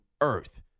earth